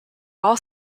all